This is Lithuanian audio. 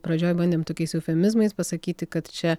pradžioj bandėm tokiais eufemizmais pasakyti kad čia